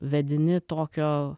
vedini tokio